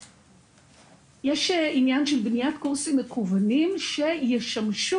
יש עניין של בניית קורסים מקוונים שישמשו,